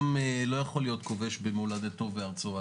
עם לא יכול להיות כובש במולדתו ובארצו.